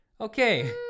Okay